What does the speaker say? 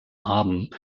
haben